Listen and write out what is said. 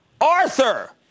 Arthur